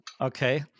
Okay